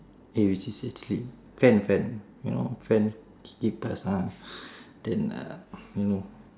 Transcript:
eh which is actually fan fan you know fan kipas ah then uh you know